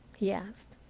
he asked.